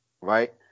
right